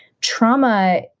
trauma